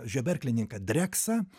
žeberklininką dreksą